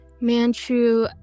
Manchu